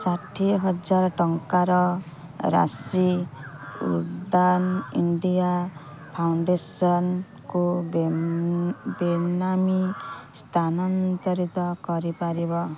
ଷାଠିଏ ହଜାର ଟଙ୍କାର ରାଶି ଉଡ଼ାନ୍ ଇଣ୍ଡିଆ ଫାଉଣ୍ଡେସନ୍କୁ ବେନାମୀ ସ୍ଥାନାନ୍ତରିତ କରିପାରିବ